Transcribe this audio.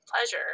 pleasure